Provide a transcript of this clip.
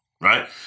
right